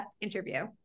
interview